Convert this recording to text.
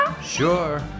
Sure